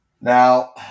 Now